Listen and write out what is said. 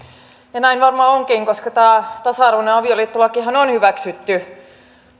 näin varmaan onkin koska tämä tasa arvoinen avioliittolakihan on hyväksytty